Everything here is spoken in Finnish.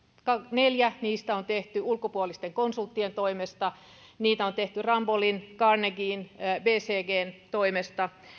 neljä niistä on tehty ulkopuolisten konsulttien toimesta niitä on tehty rambollin carnegien ja bcgn toimesta